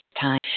time